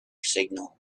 signal